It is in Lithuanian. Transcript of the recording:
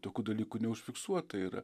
tokių dalykų neužfiksuota yra